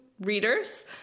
readers